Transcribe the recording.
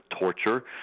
torture